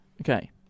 Okay